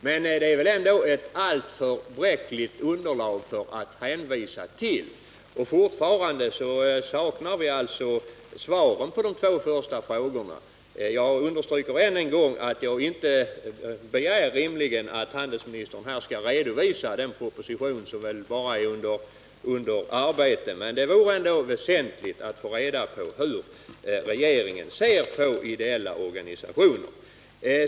Men det är väl ändå ett alltför bräckligt underlag att hänvisa till. Fortfarande saknar jag alltså svaren på de två första frågorna i min interpellation. Jag understryker än en gång att jag inte begär att handelsministern här skall redovisa innehållet i den proposition som bara är under arbete, men det vore värdefullt att få reda på hur regeringen ser på frågan om ideella organisationer.